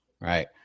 Right